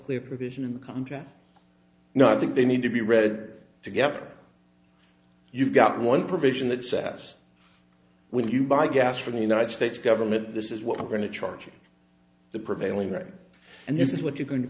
clear provision in the contract now i think they need to be read together you've got one provision that says when you buy gas from the united states government this is what we're going to charge you the prevailing right and this is what you're going to